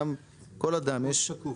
גם כל אדם -- הכול שקוף.